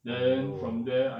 oh